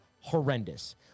horrendous